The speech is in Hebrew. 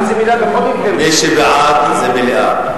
מי שבעד זה מליאה.